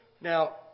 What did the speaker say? Now